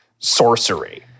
sorcery